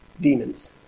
demons